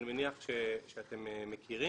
אני מניח שאתם מכירים,